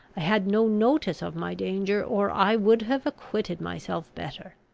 had no notice of my danger, or i would have acquitted myself better.